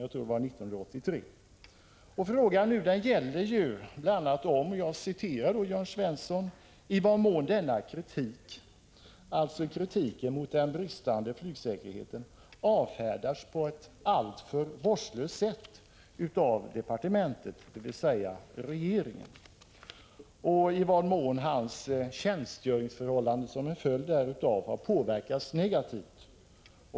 Jag tror att det var 1983. Frågan nu gäller, för att citera Jörn Svensson, ”i vad mån denna kritik” — alltså kritiken mot den bristande flygsäkerheten — ”avfärdats på ett alltför vårdslöst sätt av departementet”, samt i vad mån Richholtz tjänstgöringsförhållanden har negativt påverkats härav.